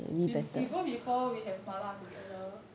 we we go before we have 麻辣 together